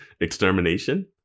extermination